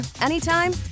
anytime